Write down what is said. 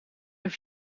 een